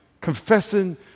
confessing